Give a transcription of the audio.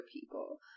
people